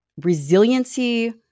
resiliency